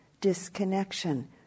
disconnection